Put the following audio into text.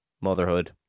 motherhood